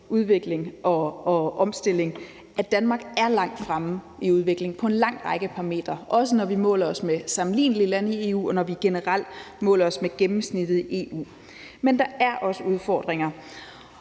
udvikling og omstilling, at Danmark er lagt fremme i udviklingen på en lang række parametre, også når vi måler os med sammenlignelige lande i EU, og når vi generelt måler os med gennemsnittet i EU. Men der er udfordringer,